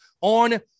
on